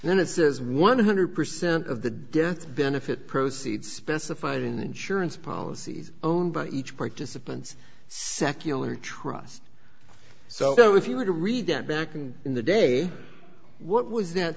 then it says one hundred percent of the death benefit proceeds specified in insurance policies own by each participant secular trust so if you were to read them back in the day what was that